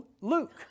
Luke